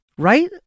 Right